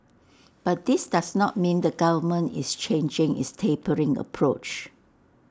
but this does not mean the government is changing its tapering approach